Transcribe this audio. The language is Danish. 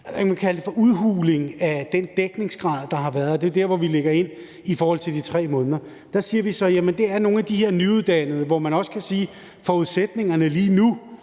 udhuling af den dækningsgrad, der har været. Det er der, hvor vi lægger det ind i forhold til de 3 måneder. Der siger vi så, at det er nogle af de her nyuddannede, hvor man også kan sige, at forudsætningerne lige nu